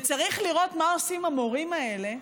וצריך לראות מה עושים המורים האלה,